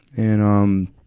and, um,